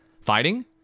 Fighting